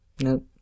Nope